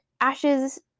Ashes